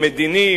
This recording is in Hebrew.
מדיני,